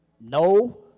no